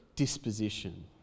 disposition